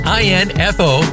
info